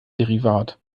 derivat